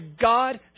God